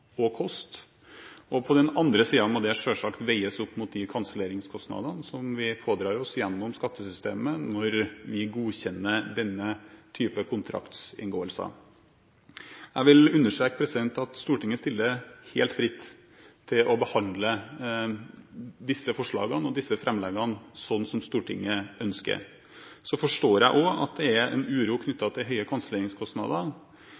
og kost. Og på den andre siden må det selvsagt veies opp mot de kanselleringskostnadene vi pådrar oss gjennom skattesystemet, når vi godkjenner denne typen kontraktsinngåelser. Jeg vil understreke at Stortinget står helt fritt til å behandle disse forslagene og framleggene slik Stortinget ønsker. Jeg forstår også at det er en uro